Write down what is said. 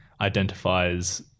identifies